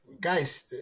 guys